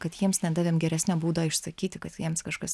kad jiems nedavėm geresnio būdo išsakyti kad jiems kažkas